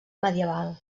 medieval